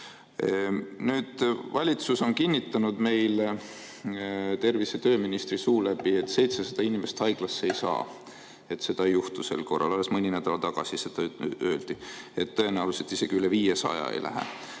edasi. Valitsus on kinnitanud meile tervise- ja tööministri suu läbi, et 700 inimest haiglasse ei sattu, et seda ei juhtu sel korral. Alles mõni nädal tagasi öeldi, et tõenäoliselt isegi üle 500 ei lähe.